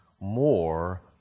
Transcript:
more